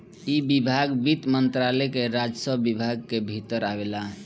इ विभाग वित्त मंत्रालय के राजस्व विभाग के भीतर आवेला